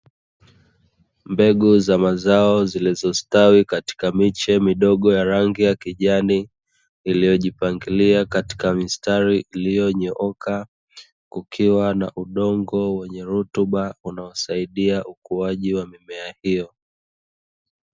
Mbegu za mazao zilizo stawi katika, miche midogo, ya rangi ya kijani. iliyo jipangilia katika mistari iliyo nyooka kukiwa na udongo wenye rutuba unaosaidia ukuaji wa mimea hiyo.